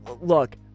Look